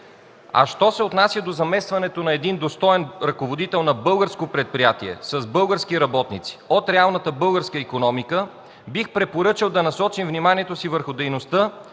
Що се отнася до замесването на един достоен ръководител на българско предприятие с български работници от реалната българска икономика, бих препоръчал да насочим вниманието си върху дейността,